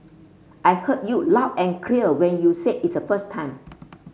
I heard you loud and clear when you said its a first time